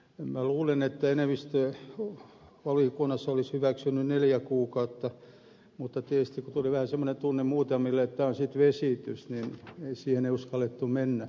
minä luulen että enemmistö valiokunnassa olisi hyväksynyt neljä kuukautta mutta tietysti kun tuli vähän semmoinen tunne muutamille että tämä on sitten vesitys siihen ei uskallettu mennä